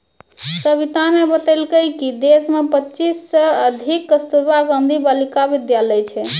सविताने बतेलकै कि देश मे पच्चीस सय से अधिक कस्तूरबा गांधी बालिका विद्यालय छै